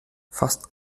fast